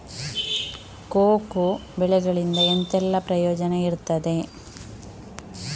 Cocoa ಬೆಳೆಗಳಿಂದ ಎಂತೆಲ್ಲ ಪ್ರಯೋಜನ ಇರ್ತದೆ?